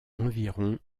environ